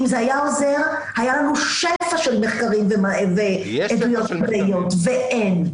אם זה היה עוזר היה לנו שפע של מחקרים ועדויות מדעיות ואין,